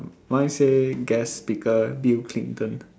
mine say guest speaker Bill Clinton